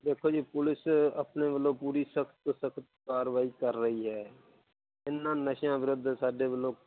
ਦੇਖੋ ਜੀ ਪੁਲਿਸ ਆਪਣੇ ਵੱਲੋਂ ਪੂਰੀ ਸਖ਼ਤ ਤੋਂ ਸਖ਼ਤ ਕਾਰਵਾਈ ਕਰ ਰਹੀ ਹੈ ਇਹਨਾਂ ਨਸ਼ਿਆਂ ਵਿਰੁੱਧ ਸਾਡੇ ਵੱਲੋਂ